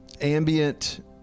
ambient